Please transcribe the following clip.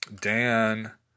Dan